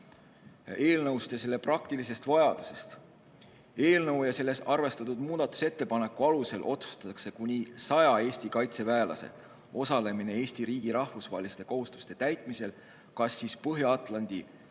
eelnõust ja selle praktilisest vajadusest. Eelnõu ja selles arvestatud muudatusettepaneku alusel otsustatakse kuni 100 Eesti kaitseväelase osalemine Eesti riigi rahvusvaheliste kohustuste täitmisel kas Põhja-Atlandi